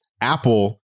Apple